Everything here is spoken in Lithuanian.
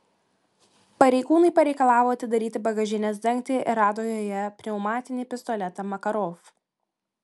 pareigūnai pareikalavo atidaryti bagažinės dangtį ir rado joje pneumatinį pistoletą makarov